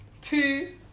Two